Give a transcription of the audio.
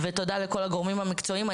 תודה לכל הגורמים המקצועיים.